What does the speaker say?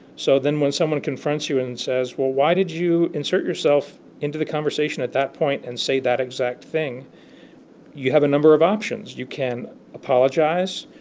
so then when someone confronts you and says well why did you insert yourself into the conversation at that point and say that exact thing you have a number of options you can apologize.